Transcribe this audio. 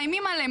מאיימים עליהם,